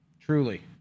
Truly